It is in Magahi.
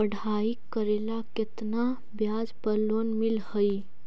पढाई करेला केतना ब्याज पर लोन मिल हइ?